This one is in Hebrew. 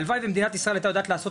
הלוואי ומדינת ישראל הייתה יודעת לעשות